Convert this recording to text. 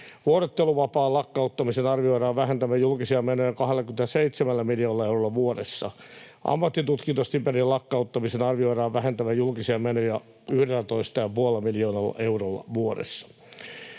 Vuorotteluvapaan lakkauttamisen arvioidaan vähentävän julkisia menoja 27 miljoonalla eurolla vuodessa. Ammattitutkintostipendin lakkauttamisen arvioidaan vähentävän julkisia menoja 11,5 miljoonalla eurolla vuodessa.